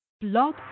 Blog